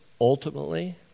ultimately